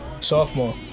sophomore